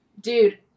dude